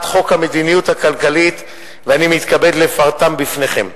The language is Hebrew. חוק המדיניות הכלכלית ואני מתכבד לפרטם בפניכם: